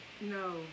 No